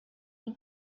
you